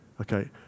Okay